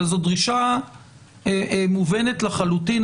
אבל זו דרישה מובנת לחלוטין.